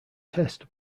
test